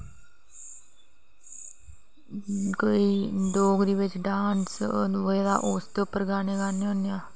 कोई डोगरी बिच डांस होऐ दा उसदे उप्पर गाने गान्ने होन्ने आं